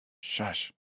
Shush